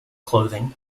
clothing